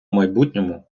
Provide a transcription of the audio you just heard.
майбутньому